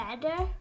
better